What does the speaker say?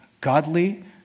godly